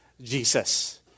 Jesus